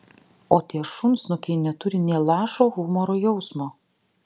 o tie šunsnukiai neturi nė lašo humoro jausmo